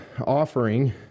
offering